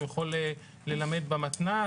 הוא יכול ללמד במתנ"ס,